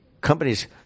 companies